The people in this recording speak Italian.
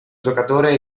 giocatore